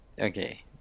okay